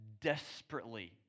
desperately